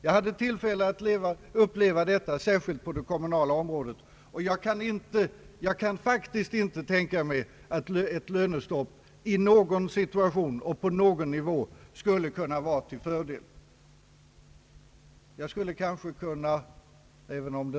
Jag hade tillfälle att uppleva detta särskilt på det kommunala området, och jag kan faktiskt inte tänka mig att ett lönestopp i någon situation eller på någon nivå skulle kunna vara till fördel.